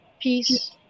peace